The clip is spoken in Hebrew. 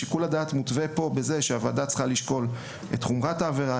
שיקול הדעת מותווה פה בכך שהוועדה צריכה לשקול את חומרת העבירה,